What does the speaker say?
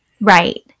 Right